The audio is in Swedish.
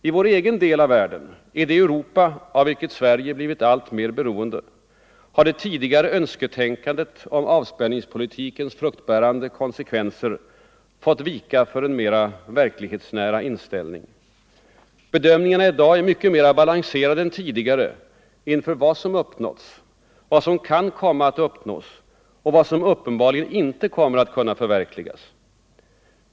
I vår egen del av världen, i det Europa av vilket Sverige blivit alltmer beroende, har det tidigare önsketänkandet om avspänningspolitikens fruktbärande konsekvenser fått vika för en mer verklighetsnära inställning. Bedömningarna i dag är mycket mera balanserade än tidigare inför vad som uppnåtts, för vad som kan komma att uppnås och vad som uppenbarligen inte kommer att kunna förverkligas.